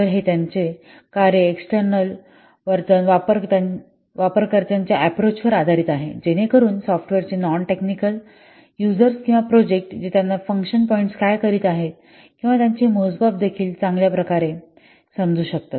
तर हे कार्य त्यांचे एक्सटर्नल वर्तन वापरकर्त्याच्या अँप्रोचावर आधारित आहे जेणेकरुन सॉफ्टवेअरचे नॉन टेक्निकल वापरकर्ते किंवा प्रोजेक्ट जे त्यांना हे फंक्शन पॉईंट्स काय करीत आहेत किंवा त्यांचे मोजमाप देखील चांगल्या टाईपे समजू शकतात